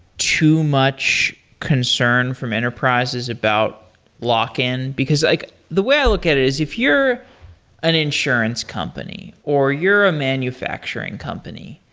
too much concern from enterprises about lock-in? because like the way i look at it, is if you're an insurance company or you're a manufacturing company,